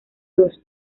dos